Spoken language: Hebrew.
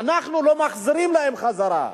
אנחנו לא מחזירים להם חזרה.